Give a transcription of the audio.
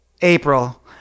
april